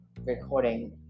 recording